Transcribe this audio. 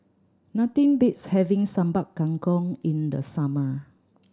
nothing beats having Sambal Kangkong in the summer